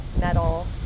metal